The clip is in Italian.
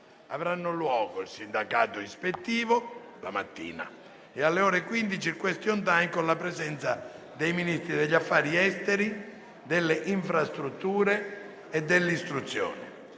avranno luogo il sindacato ispettivo la mattina e, alle ore 15, il *question time* con la presenza dei Ministri degli affari esteri, delle infrastrutture e dell'istruzione.